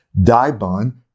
Dibon